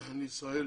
לישראל